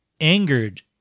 angered